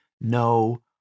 no